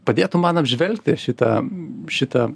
padėtum man apžvelgti šitą šitą